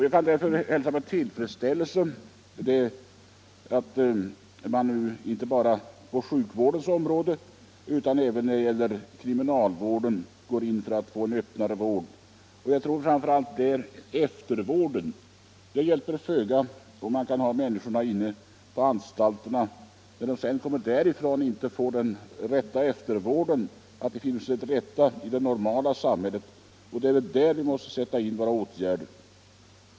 Jag vill därför hälsa med tillfredsställelse att man nu inte bara på sjukvårdens område utan också inom kriminalvården går in för en öppnare vård. Framför allt är eftervården viktig. Det hjälper föga om människor som har vistats på anstalter därefter inte får den rätta vården. Det är där jag anser att vi måste sätta in åtgärder.